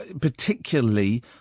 particularly